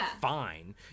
fine